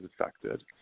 affected